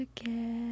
again